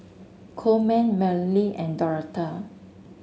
Coleman Marlie and Dorotha